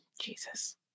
jesus